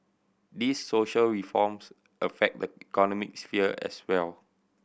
these social reforms affect the economic sphere as well